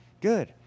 Good